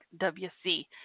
WC